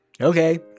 Okay